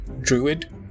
druid